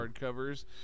hardcovers